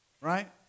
Right